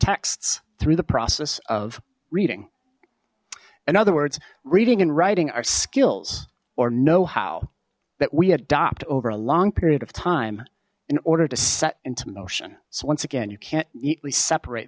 texts through the process of reading in other words reading and writing our skills or know how that we adopt over a long period of time in order to set into motion so once again you can't neatly separate